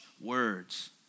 words